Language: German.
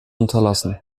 unterlassen